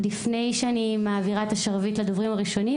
לפני שאני מעבירה את השרביט לדוברים הראשונים,